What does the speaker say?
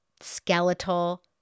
skeletal